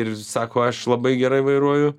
ir sako aš labai gerai vairuoju